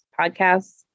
podcasts